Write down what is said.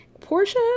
Portia